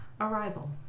Arrival